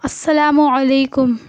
السلام علیکم